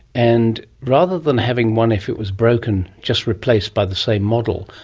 and rather than having one if it was broken just replaced by the same model,